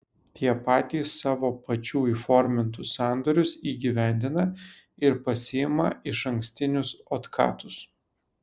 tie patys savo pačių įformintus sandorius įgyvendina ir pasiima išankstinius otkatus